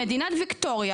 במדינת ויקטוריה,